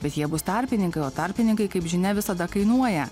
bet jie bus tarpininkai o tarpininkai kaip žinia visada kainuoja